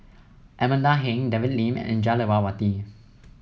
Amanda Heng David Lim and Jah Lelawati